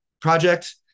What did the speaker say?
project